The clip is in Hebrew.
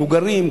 מבוגרים,